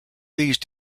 these